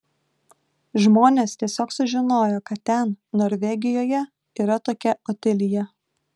žmonės tiesiog sužinojo kad ten norvegijoje yra tokia otilija